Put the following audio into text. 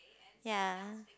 ya